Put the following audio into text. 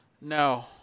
No